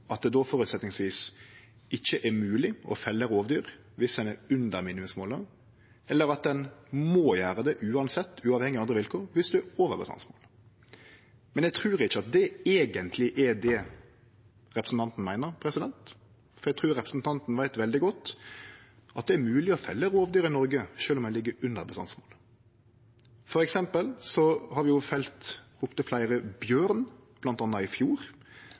det då etter føresetnadene ikkje er mogleg å felle rovdyr viss ein er under minimumsmålet, eller at en må gjere det uansett, uavhengig av andre vilkår, viss ein er over bestandsmålet. Men eg trur ikkje at det eigentleg er det representanten meiner, for eg trur representanten veit veldig godt at det er mogleg å felle rovdyr i Noreg sjølv om ein ligg under bestandsmålet. Vi har f.eks. felt opptil fleire bjørn, bl.a. i fjor